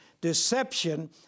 Deception